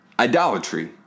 Idolatry